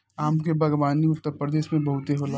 आम के बागवानी उत्तरप्रदेश में बहुते होला